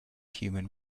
human